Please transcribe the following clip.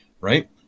right